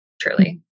truly